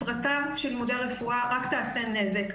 הפרטה של לימודי הרפואה רק תעשה נזק.